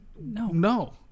No